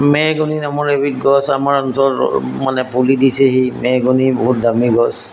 mahogany নামৰ এবিধ গছ আমাৰ অঞ্চল মানে পুলি দিছেহি মেহগনি বহুত দামী গছ